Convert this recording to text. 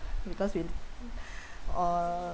because we li~ uh